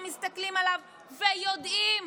מסתכלים עליו ויודעים